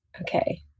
Okay